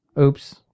Oops